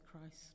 Christ